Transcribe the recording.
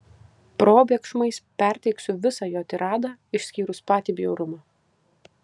probėgšmais perteiksiu visą jo tiradą išskyrus patį bjaurumą